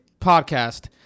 podcast